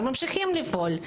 אז הם ממשיכים לפעול.